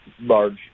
large